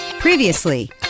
Previously